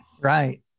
right